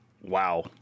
wow